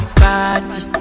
party